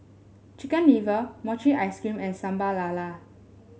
Chicken Liver Mochi Ice Cream and Sambal Lala